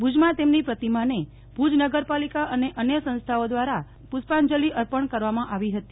ભુજમાં તેમની પ્રતિમાને ભુજ નગરપાલિકા અને અન્ય સંસ્થાઓ દ્રારા પુ ષ્પાંજલી અર્પણ કરવામાં આવી હતી